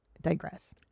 digress